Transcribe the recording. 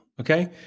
okay